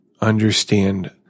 understand